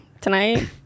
tonight